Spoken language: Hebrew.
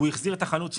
הוא החזיר את החנות שלו.